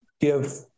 give